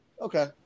okay